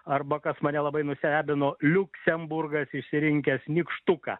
arba kas mane labai nustebino liuksemburgas išsirinkęs nykštuką